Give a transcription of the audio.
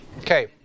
Okay